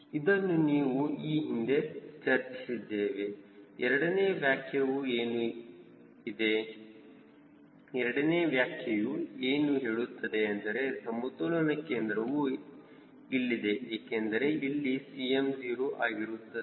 ಇದನ್ನು ನಾವು ಈ ಹಿಂದೆ ಚರ್ಚಿಸಿದ್ದೇವೆ ಎರಡನೇ ವ್ಯಾಖ್ಯೆಯು ಏನು ಇದೆ ಎರಡನೇ ವಾಕ್ಯ ಯು ಏನು ಹೇಳುತ್ತಿದೆ ಎಂದರೆ ಸಮತೋಲನ ಕೇಂದ್ರವು ಇಲ್ಲಿದೆ ಏಕೆಂದರೆ ಇಲ್ಲಿ Cm 0 ಆಗಿರುತ್ತದೆ